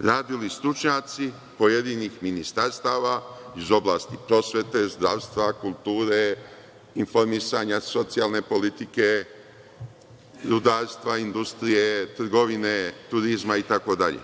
radili stručnjaci pojedinih ministarstava iz oblasti prosvete, zdravstva, kulture, informisanja, socijalne politike, rudarstva, industrije, trgovine, turizma itd,